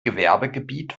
gewerbegebiet